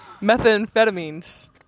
Methamphetamines